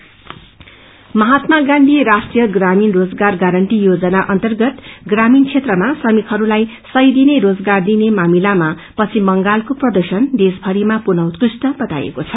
मनरेगा महात्मा गांधी राष्ट्रिय प्रामीण रोजगार गारण्टी योजना अर्न्तगत प्रामीण क्षेत्रमा श्रमिकहरूलाई समय दिने रोजगार दिने मामिलामा पश्चिम बंगालको प्रर्दशन देशभरिमा पुनः उत्कृष्ट बताईएको छ